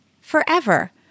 forever